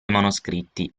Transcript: manoscritti